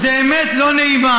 אני יודע, זאת אמת לא נעימה.